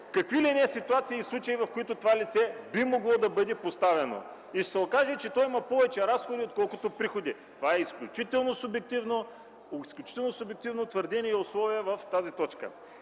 какви ли не ситуации в случаи, в които това лице би могло да бъде поставено. И ще се окаже, че то има повече разходи, отколкото приходи. Това е изключително субективно, изключително субективно твърдение и условие в тази точка.